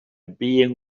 being